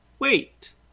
Wait